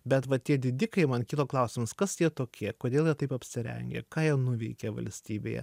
bet va tie didikai man kilo klausimas kas jie tokie kodėl jie taip apsirengę ką jie nuveikė valstybėje